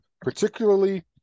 Particularly